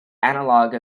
analog